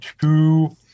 two